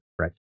Right